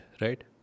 right